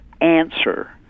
answer